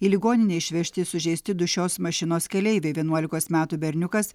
į ligoninę išvežti sužeisti du šios mašinos keleiviai vienuolikos metų berniukas